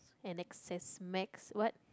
and x_s-max what